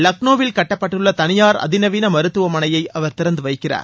லக்னோவில் கட்டப்பட்டுள்ள தனியார் அதிநவீன மருத்துவமனையை அவர் திறந்து வைக்கிறார்